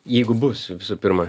jeigu bus visų pirma